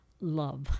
love